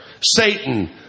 Satan